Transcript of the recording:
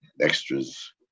extras